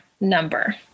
number